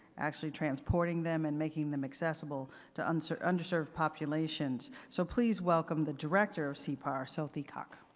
actually, transporting them and making them accessible to and so undeserved populations. so please welcome, the director of sipar, sothik hok.